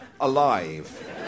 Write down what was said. alive